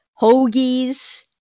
hoagies